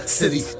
city